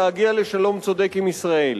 להגיע לשלום צודק עם ישראל.